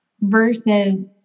versus